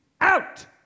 out